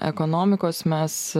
ekonomikos mes